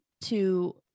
to-